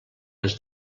les